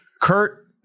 Kurt